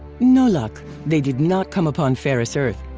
no luck. they did not come upon ferrous earth,